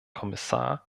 kommissar